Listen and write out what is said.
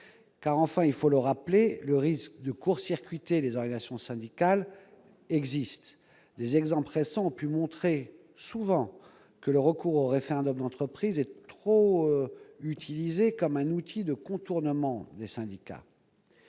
En effet, il faut le rappeler, le risque de court-circuiter les organisations syndicales existe, des exemples récents ayant montré que le recours au référendum d'entreprise est trop souvent utilisé comme un outil de contournement des syndicats.